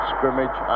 Scrimmage